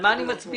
על מה אני מצביע?